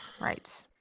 right